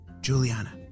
Juliana